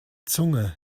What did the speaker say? zunge